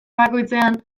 bakoitzean